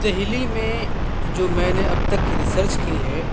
دہلی میں جو میں نے اب تک ریسرچ کی ہے